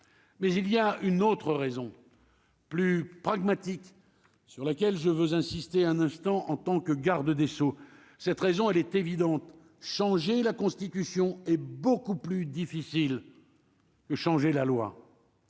mais il y a une autre raison. Plus pragmatique sur laquelle je veux insister un instant en tant que garde des Sceaux, cette raison elle est évidente : changer la Constitution est beaucoup plus difficile le changer la loi